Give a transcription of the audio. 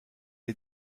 est